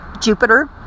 Jupiter